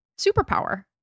superpower